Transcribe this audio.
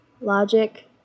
logic